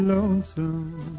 Lonesome